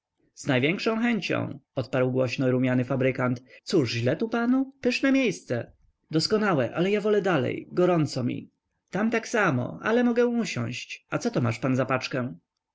z największą chęcią odparł głośno rumiany fabrykant cóż źle tu panu pyszne miescemiejsce doskonałe ale ja wolę dalej gorąco mi tam tak samo ale mogę usiąść a coto masz pan